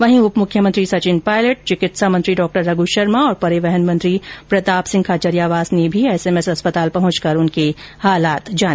वहीं उपमुख्यमंत्री सचिन पायलट चिकित्सा मंत्री डॉ रघु शर्मा और परिवहन मंत्री प्रतापसिंह खाचरियावास ने भी एसएमएस अस्पताल पहुंचकर उनके हालात जाने